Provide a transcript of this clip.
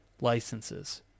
licenses